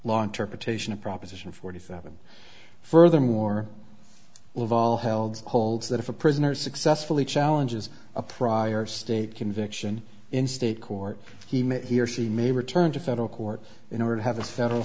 law interpretation of proposition forty seven furthermore leval held holds that if a prisoner successfully challenges a prior state conviction in state court he may he or she may return to federal court in order to have a federal